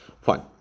fine